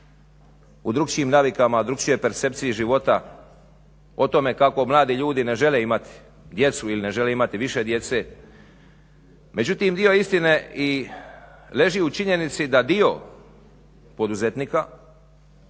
u drukčijim navikama, drukčijoj percepciji života o tome kako mladi ljuti ne žele imati djecu ili ne žele imati više djece. Međutim dio istine leži u činjenici da dio poduzetnika